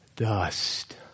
Dust